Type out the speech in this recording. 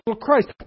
Christ